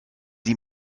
sie